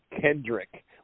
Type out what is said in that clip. Kendrick